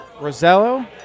Rosello